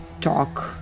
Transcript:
talk